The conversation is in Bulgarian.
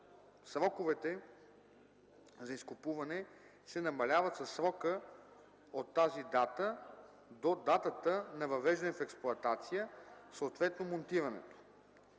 сроковете за изкупуване се намаляват със срока от тази дата до датата на въвеждането в експлоатация, съответно монтирането.”